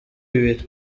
ibiri